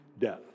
death